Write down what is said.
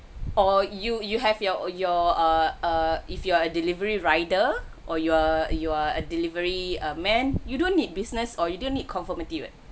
or you you have your uh your err err if you are a delivery rider or you're or you are a delivery man you don't need business or you didn't need conformity what